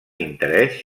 interès